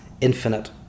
infinite